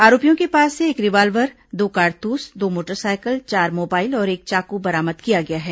आरोपियों के पास से एक रिवाल्वर दो कारतूस दो मोटरसाइकिल चार मोबाइल और एक चाकू बरामद किया गया है